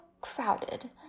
crowded